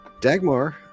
Dagmar